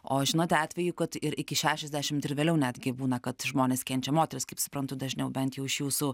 o žinote atvejų kad ir iki šešiasdešimt ir vėliau netgi būna kad žmonės kenčia moterys kaip suprantu dažniau bent jau iš jūsų